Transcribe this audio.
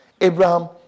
Abraham